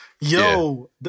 Yo